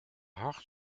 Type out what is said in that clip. hart